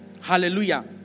Hallelujah